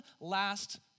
last